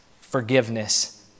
forgiveness